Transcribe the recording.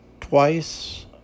twice